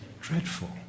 Dreadful